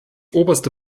oberste